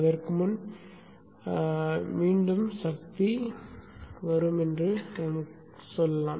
அதற்கு முன் மீண்டும் சக்தி வரும் என்று சொல்லலாம்